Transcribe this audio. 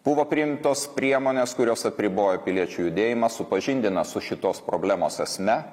buvo priimtos priemonės kurios apriboja piliečių judėjimą supažindina su šitos problemos esme